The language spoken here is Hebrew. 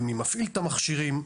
ומי מפעיל את המכשירים,